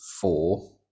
four